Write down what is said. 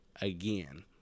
again